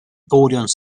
audience